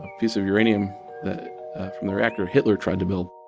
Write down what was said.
piece of uranium from the reactor hitler trying to build